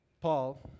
Paul